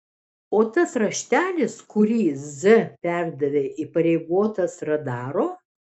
o tas raštelis kurį z perdavė įpareigotas radaro